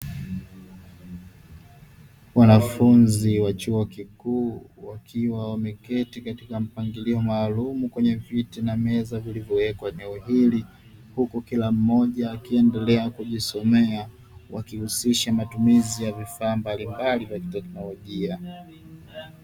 Wanafunzi wa chuo kikuu wakiwa mameketi katika mpangilio maalumu kwenye viti na meza vilivyowekwa eneo hili, huku kila mmoja akiendelea kujisomea wakihusisha matumizi ya vifaa mbalimbali vya kitekinolojia.